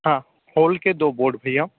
हाँ हॉल के दो बोर्ड भैया